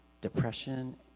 depression